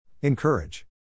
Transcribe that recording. Encourage